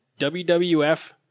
WWF